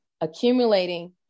accumulating